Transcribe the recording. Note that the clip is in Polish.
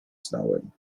znałem